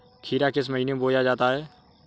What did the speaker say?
खीरा किस महीने में बोया जाता है?